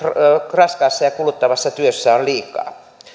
raskaassa ja kuluttavassa työssä on liikaa